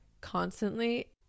constantly